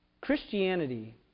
Christianity